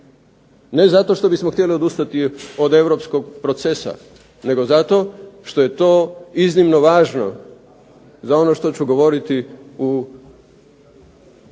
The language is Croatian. Ne zato što bismo htjeli odustati od europskog procesa nego zato što je to iznimno važno za ono što ću govoriti u